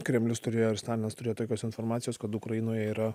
kremlius turėjo ir stalinas turėjo tokios informacijos kad ukrainoje yra